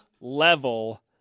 level